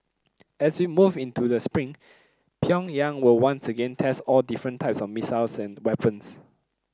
as we move into the spring Pyongyang will once again test all different types of missiles and weapons